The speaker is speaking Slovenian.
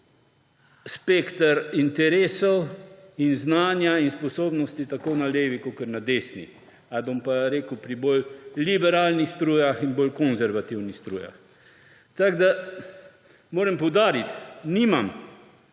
spekter interesov in znanja in sposobnosti tako na levi kakor na desni, ali bom rekel, pri bolj liberalnih strujah in bolj konservativnih strujah. Tako moram poudariti, nisem